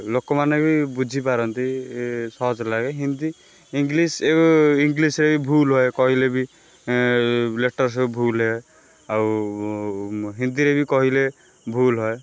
ଲୋକମାନେ ବି ବୁଝିପାରନ୍ତି ସହଜ ଲାଗେ ହିନ୍ଦୀ ଇଙ୍ଗଲିଶ୍ ଇଙ୍ଗଲିଶ୍ ଏଇ ଭୁଲ୍ ହୁଏ କହିଲେ ବି ଲେଟର୍ ସବୁ ଭୁଲ୍ ହୁଏ ଆଉ ହିନ୍ଦୀରେ ବି କହିଲେ ଭୁଲ୍ ହୁଏ